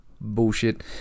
bullshit